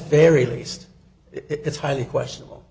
very least it's highly questionable